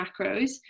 macros